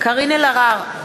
קארין אלהרר,